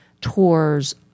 tours